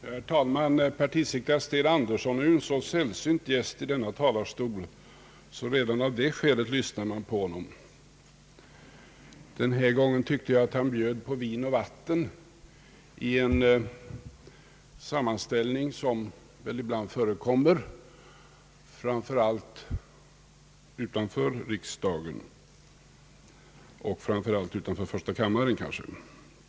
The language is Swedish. Herr talman! Partisekreterare Sten Andersson är en så sällsynt gäst i denna talarstol att man redan av det skälet lyssnar på honom. Denna gång tyckte jag att han bjöd på vin och vatten i en sammanställning som väl ibland förekommer, framför allt utanför riksdagen och i synnerhet utanför första kammaren.